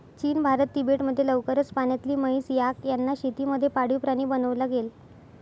चीन, भारत, तिबेट मध्ये लवकरच पाण्यातली म्हैस, याक यांना शेती मध्ये पाळीव प्राणी बनवला गेल